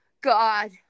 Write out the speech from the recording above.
God